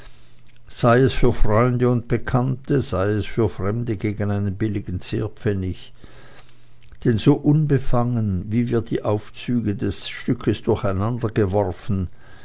sei es für freunde und bekannte sei es für fremde gegen einen billigen zehrpfennig denn so unbefangen wie wir die aufzüge des stückes durcheinandergeworfen